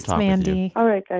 mandy all right, guys.